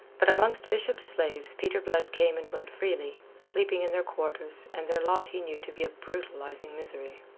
but amongst bishop's slaves peter blood came and went freely, sleeping in their quarters, and their lot he knew to be a brutalizing misery.